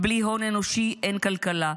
בלי הון אנושי אין כלכלה,